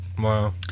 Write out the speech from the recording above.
Wow